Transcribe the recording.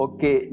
Okay